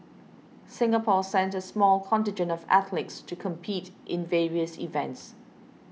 Singapore sent a small contingent of athletes to compete in various events